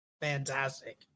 fantastic